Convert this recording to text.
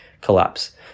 collapse